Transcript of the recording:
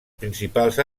principals